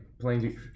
playing